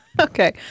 Okay